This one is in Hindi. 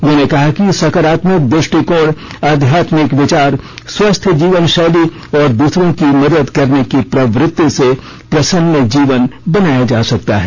उन्होंने कहा कि सकारात्मक दु ष्टिकोण आध्यात्मिक विचार स्वस्थ जीवन शैली और दूसरों की मदद करने की प्रवृति से प्रसन्न जीवन बनाया जा सकता है